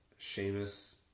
Seamus